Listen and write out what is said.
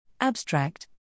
Abstract